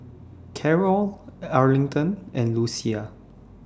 Carrol Arlington and Lucia